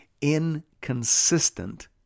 inconsistent